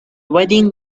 wedding